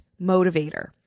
motivator